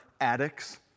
addicts